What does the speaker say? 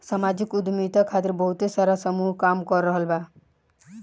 सामाजिक उद्यमिता खातिर बहुते सारा समूह काम कर रहल बा